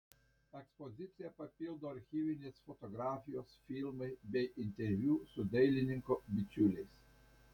ekspoziciją papildo archyvinės fotografijos filmai bei interviu su dailininko bičiuliais